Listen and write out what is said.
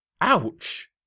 Ouch